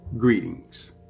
Greetings